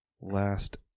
last